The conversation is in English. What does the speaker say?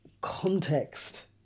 context